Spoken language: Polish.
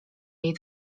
jej